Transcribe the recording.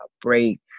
break